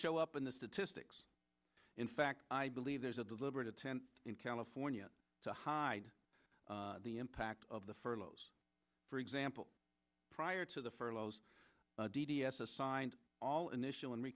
show up in the statistics in fact i believe there's a deliberate attempt in california to hide the impact of the furloughs for example prior to the furloughs d d s s signed all initial and re